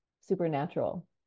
supernatural